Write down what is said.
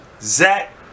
Zach